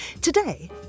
Today